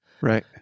Right